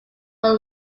were